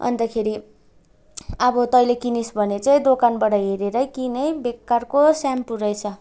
अन्तखेरि अब तैँले किनिस् भने चाहिँ दोकानबाट हेरेरै किन् है बेकारको स्याम्पू रहेछ